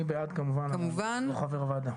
אני בעד כמובן, אני לא חבר ועדה.